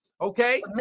okay